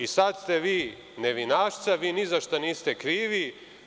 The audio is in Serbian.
I sad ste vi nevinašca, vi ni za šta niste krivi.